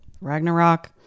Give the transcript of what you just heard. Ragnarok